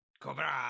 Cobra